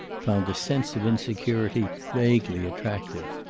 found the sense of insecurity vaguely attractive.